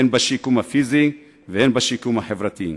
הן בשיקום הפיזי והן בשיקום החברתי.